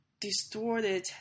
distorted